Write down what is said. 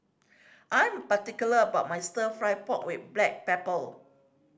I'm particular about my Stir Fry pork with black pepper